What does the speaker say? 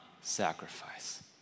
sacrifice